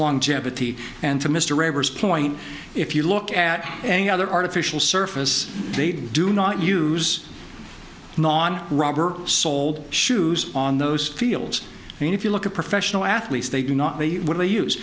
longevity and to mr roberts point if you look at any other artificial surface they do not use non rubber soled shoes on those fields i mean if you look at professional athletes they do not they when they use